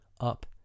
up